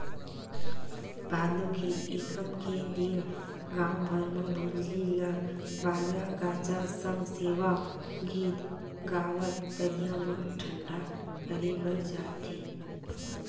भादो के एकम के दिन गाँव भर म भोजली ल बाजा गाजा सग सेवा गीत गावत तरिया म ठंडा करे बर जाथे